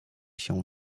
się